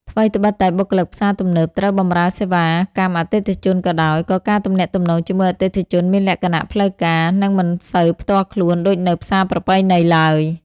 ថ្វីត្បិតតែបុគ្គលិកផ្សារទំនើបត្រូវបម្រើសេវាកម្មអតិថិជនក៏ដោយ ក៏ការទំនាក់ទំនងជាមួយអតិថិជនមានលក្ខណៈផ្លូវការ និងមិនសូវផ្ទាល់ខ្លួនដូចនៅផ្សារប្រពៃណីឡើយ។